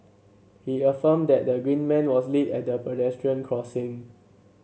he affirmed that the green man was lit at the pedestrian crossing